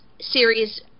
series